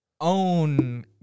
own